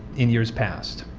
in years past.